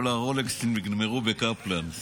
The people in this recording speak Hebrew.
כל הרולקסים נגמרו בקפלן.